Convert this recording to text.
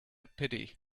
pity